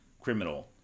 criminal